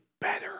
better